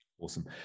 Awesome